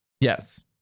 Yes